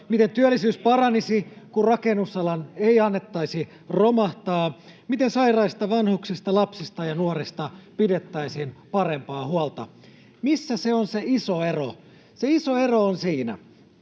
sitä viime kaudella?] kun rakennusalan ei annettaisi romahtaa, miten sairaista, vanhuksista, lapsista ja nuorista pidettäisiin parempaa huolta. Missä se on se iso ero? Se iso ero on siinä,